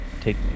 take